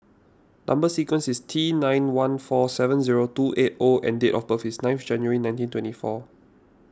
Number Sequence is T nine one four seven zero two eight O and date of birth is ninth January nineteen twenty four